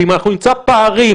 ואם נמצא פערים